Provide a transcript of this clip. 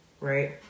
right